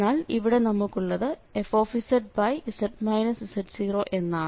എന്നാൽ ഇവിടെ നമുക്കുള്ളത് fz z0 എന്നാണ്